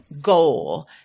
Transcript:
goal